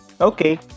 Okay